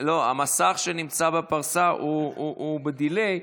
שנמצא בפרסה הוא ב-delay,